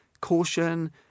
caution